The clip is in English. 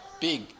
big